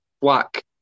black